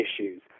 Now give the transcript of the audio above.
issues